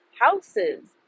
houses